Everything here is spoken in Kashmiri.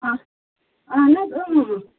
آ اَہَن حظ